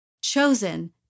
chosen